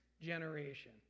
generation